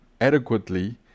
adequately